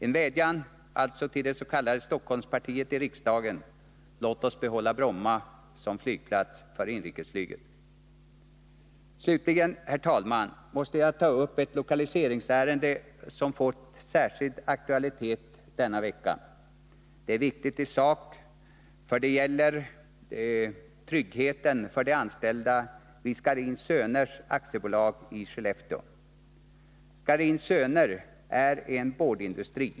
En vädjan alltså till det s.k. Stockholmspartiet i riksdagen: Låt oss behålla Bromma som flygplats för inrikesflyget. Slutligen, herr talman, måste jag ta upp ett lokaliseringsärende som har fått särskild aktualitet denna vecka. Det är viktigt i sak, för det gäller tryggheten för de anställda vid Scharins Söner AB i Skellefteå. Scharins Söner AB är en boardindustri.